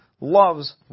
loves